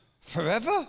Forever